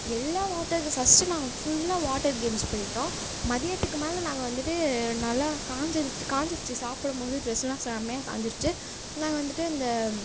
எல்லா வாட்டகு ஃபர்ஸ்ட்டு நாங்கள் ஃபுல்லாக வாட்டர் கேம்ஸ் போயிட்டோம் மதியத்துக்கு மேல் நாங்கள் வந்துட்டு நல்லா காய்ஞ்சிருச் காய்ஞ்சிருச்சு சாப்பிடம் போது ட்ரெஸ்லாம் செம்மையாக காய்ஞ்சிருச்சு நாங்கள் வந்துட்டு இந்த